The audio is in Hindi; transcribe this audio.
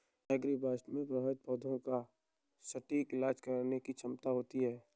एग्रीबॉट्स में प्रभावित पौधे का सटीक इलाज करने की क्षमता होती है